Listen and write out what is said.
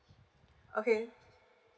okay